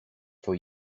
for